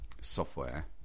software